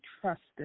trusted